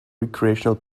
recreational